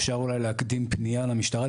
אפשר אולי להקדים פנייה למשטרה,